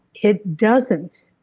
it doesn't.